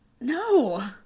No